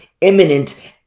imminent